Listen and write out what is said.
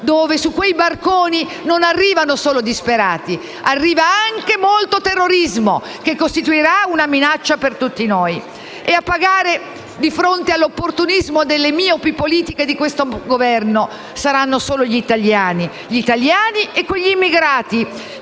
dove su quei barconi non arrivano solo disperati, ma anche molto terrorismo, che costituirà una minaccia per tutti noi. A pagare, di fronte all'opportunismo delle miopi politiche di questo Governo saranno solo gli italiani e quegli immigrati